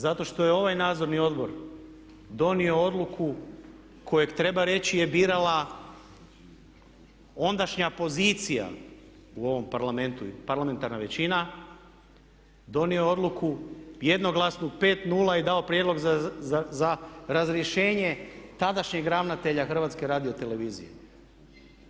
Zato što je ovaj nadzorni odbor donio odluku kojeg treba reći je birala ondašnja pozicija u ovom Parlamentu, parlamentarna većina, donio je odluku jednoglasnu 5:0 i dao prijedlog za razrješenje tadašnjeg ravnatelja HRT-a.